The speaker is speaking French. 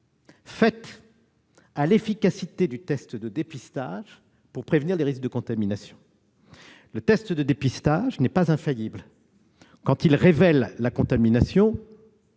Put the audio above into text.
en l'efficacité du test de dépistage pour prévenir les risques de contamination, alors que celui-ci n'est pas infaillible. Quand le test révèle la contamination,